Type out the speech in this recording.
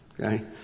Okay